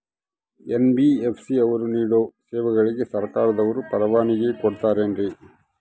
NBFC ಅವರು ನೇಡೋ ಸೇವೆಗಳಿಗೆ ಸರ್ಕಾರದವರು ಪರವಾನಗಿ ಕೊಟ್ಟಾರೇನ್ರಿ?